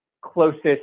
closest